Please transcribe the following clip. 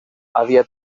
havia